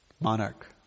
monarch